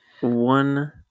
one